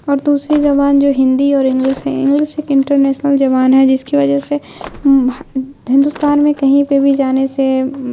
اور دوسری زبان جو ہندی اور انگلش ہے انگلش ایک انٹرنیسنل زبان ہے جس کی وجہ سے ہندوستان میں کہیں پہ بھی جانے سے